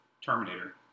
Terminator